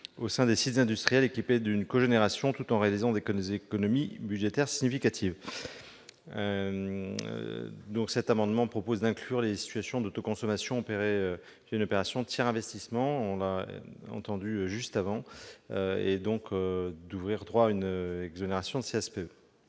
au sein des sites industriels équipés d'une cogénération tout en réalisant des économies budgétaires significatives. Le présent amendement vise à inclure les situations d'autoconsommation opérées une opération de tiers-investissement dans les cas ouvrant droit à une exonération de CSPE.